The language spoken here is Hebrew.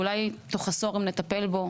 אולי אם תוך עשור נטפל בו